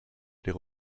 les